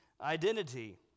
identity